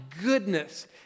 goodness